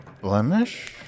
Blemish